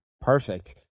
Perfect